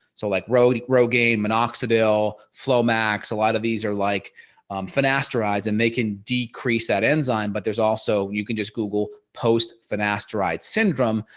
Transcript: so like rogaine minoxidil, flowmax a lot of these are like finasterides and they can decrease that enzyme. but there's also you can just google post finasteride syndrome.